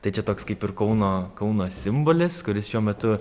tai čia toks kaip ir kauno kauno simbolis kuris šiuo metu